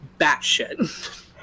batshit